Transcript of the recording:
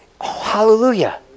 Hallelujah